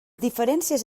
diferències